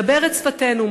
מדבר את שפתנו,